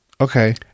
Okay